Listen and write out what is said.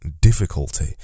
difficulty